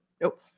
Nope